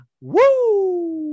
Woo